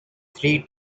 three